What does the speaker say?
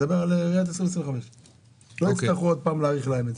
אני מדבר על ראיית 2025. לא יצטרכו להאריך להם.